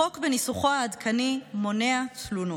החוק בניסוחו העדכני מונע תלונות,